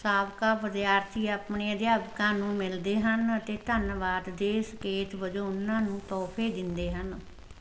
ਸਾਬਕਾ ਵਿਦਿਆਰਥੀ ਆਪਣੇ ਅਧਿਆਪਕਾਂ ਨੂੰ ਮਿਲਦੇ ਹਨ ਅਤੇ ਧੰਨਵਾਦ ਦੇ ਸੰਕੇਤ ਵਜੋਂ ਉਹਨਾਂ ਨੂੰ ਤੋਹਫ਼ੇ ਦਿੰਦੇ ਹਨ